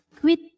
Quit